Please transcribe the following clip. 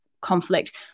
conflict